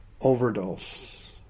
overdose